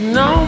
no